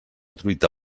truita